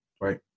Right